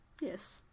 Yes